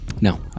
no